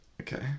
Okay